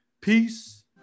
Peace